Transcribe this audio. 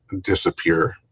disappear